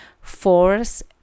force